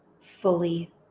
fully